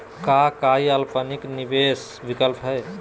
का काई अल्पकालिक निवेस विकल्प हई?